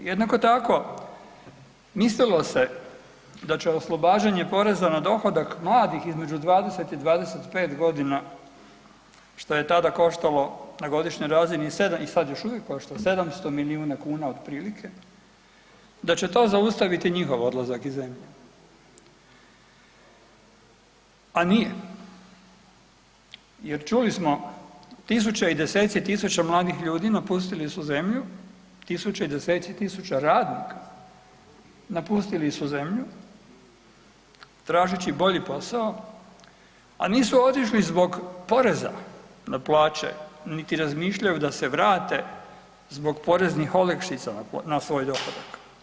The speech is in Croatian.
Jednako tako mislilo se da će oslobađanje poreza na dohodak mladih između 20 i 25.g. šta je tada koštalo na godišnjoj razini i sad još uvijek košta 700 milijuna kuna otprilike da će to zaustaviti njihov odlazak iz zemlje, a nije jer čuli smo tisuće i deseci tisuća mladih ljudi napustili su zemlju, tisuće i deseci tisuća radnika napustili su zemlju tražeći bolji posao, a nisu otišli zbog poreza na plaće niti razmišljaju da se vrate zbog poreznih olakšica na svoj dohodak.